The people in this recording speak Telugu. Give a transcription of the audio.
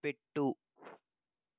పెట్టు